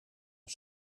een